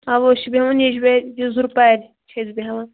اوا أسۍ چھِ بیہوان ییٚجبیارِ یزرُپارِ چھِ أسۍ بیہوان